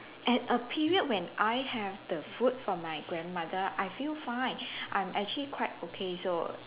and a period when I have the food from my grandmother I feel fine I'm actually quite okay so